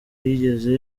yigeze